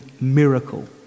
miracle